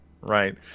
right